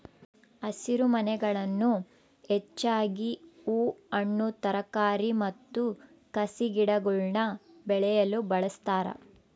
ಹಸಿರುಮನೆಗಳನ್ನು ಹೆಚ್ಚಾಗಿ ಹೂ ಹಣ್ಣು ತರಕಾರಿ ಮತ್ತು ಕಸಿಗಿಡಗುಳ್ನ ಬೆಳೆಯಲು ಬಳಸ್ತಾರ